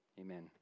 Amen